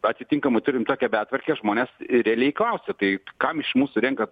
atitinkamai turim tokią betvarkę žmonės ir realiai kausia taip kam iš mūsų renkat